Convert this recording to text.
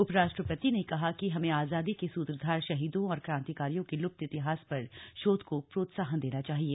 उपराष्ट्रपति ने कहा कि कि हमें आजादी के सुत्रधार शहीदों और क्रांतिकारियों के लुप्त इतिहास पर शोध को प्रोत्साहन देना चाहिए